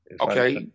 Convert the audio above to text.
Okay